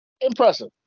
impressive